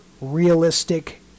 realistic